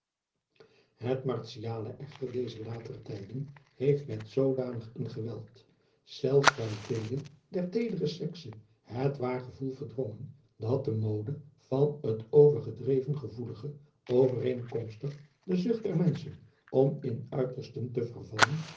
t martiale echter dezer latere tijden heeft met zoodanig een geweld zelfs bij vele der teedere sekse het waar gevoel verdrongen dat de adriaan loosjes pzn het leven van hillegonda buisman mode van het overgedreven gevoelige overveenkomstig de zucht der menschen om in uitersten te vervallen